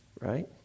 right